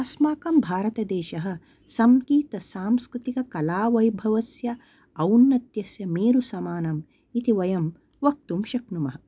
अस्माकं भारतदेशः सङ्गीतसांस्कृतिककलावैभवस्य औन्नत्यस्य मेरुसमानम् इति वयं वक्तुं शक्नुमः